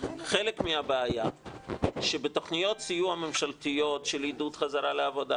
חלק מהבעיה שבתוכניות סיוע ממשלתיות של עידוד חזרה לעבודה